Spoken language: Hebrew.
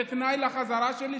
כתנאי לחזרה שלי,